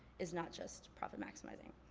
is not just profit maximizing.